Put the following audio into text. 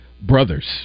brothers